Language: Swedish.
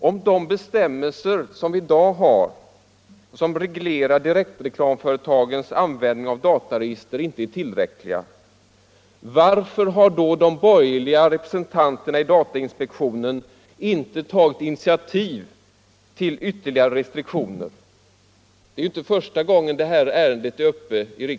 Om de bestämmelser som vi i dag har och som reglerar direktreklamföretagens användning av dataregister inte är tillräckliga, varför har då de borgerliga representanterna i datainspektionen inte tagit initiativ till ytterligare restriktioner? Det är ju inte första gången detta ärende är uppe.